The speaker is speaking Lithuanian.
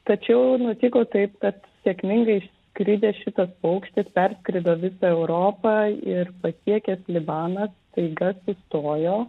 tačiau nutiko taip kad sėkmingai išskridęs šitas paukštis perskrido visą europą ir pasiekęs libaną staiga sustojo